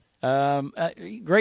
great